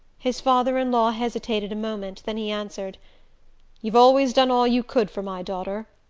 his father-in-law hesitated a moment then he answered you've always done all you could for my daughter.